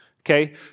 Okay